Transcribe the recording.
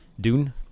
Dune